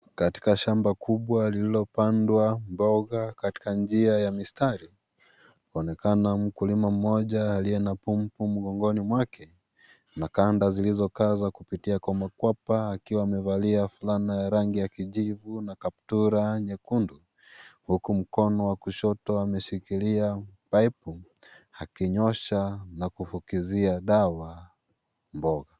Katika shamba kubwa liloopandwa mboga katika ya mistari, paonekana mkulima mmoja aliye na pumpu mgongoni mwake na kanda zilizoka kupitia kwa makwapa akiwa amevalia fulana ya rangi ya kijivu na kaptura nyekundu, huku mkono wa kushoto ameshikilia paipu, akinyosha na kufukizia dawa mboga.